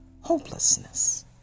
hopelessness